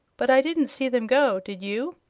but i didn't see them go did you?